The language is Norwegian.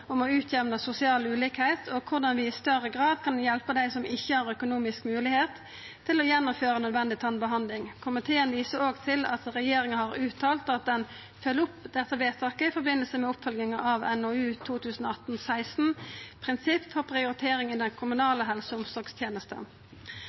om å jamna ut sosial ulikskap, og korleis vi i større grad kan hjelpa dei som ikkje har økonomisk moglegheit til å gjennomføra nødvendig tannbehandling. Komiteen viser òg til at regjeringa har uttalt at ho følgjer opp dette vedtaket i samband med oppfølginga av NOU 2018: 16, om prinsipp for prioritering i den